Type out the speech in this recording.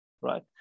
right